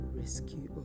rescue